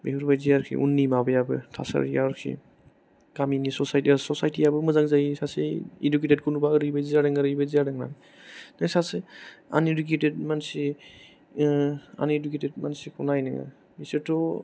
बेफोरबादि आरखि उननि माबायाबो थासारिया आरखि गामिनि ससाय ससायथियाबो मोजां जायो सासे इडुकेटेटखौ नुबा ओरैबादि जादों ओरैबादि जादों होन्ना सासे आनइडुकेटेट मानसि आनइडुकेटेट मानसिखौ नाय नोङो बिसोरथ'